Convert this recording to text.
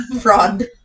Fraud